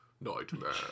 Nightmare